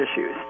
issues